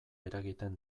eragiten